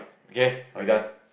okay we done